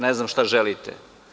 Ne znam šta želite.